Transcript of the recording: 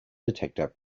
detector